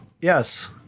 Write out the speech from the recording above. Yes